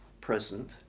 present